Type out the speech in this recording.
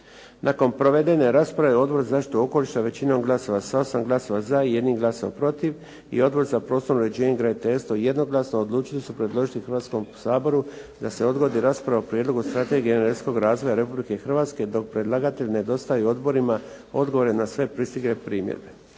Nakon provedene rasprave Odbor za zaštitu okoliša većinom glasova sa 8 glasova za i 1 glasom protiv i Odbor za prostorno uređenje i graditeljstvo jednoglasno odlučili su predložiti Hrvatskom saboru da se odgodi rasprava o Prijedlogu strategije energetskog razvoja Republike Hrvatske dok predlagatelj ne dostavi odborima odgovore na sve pristigle primjedbe.